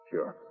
Sure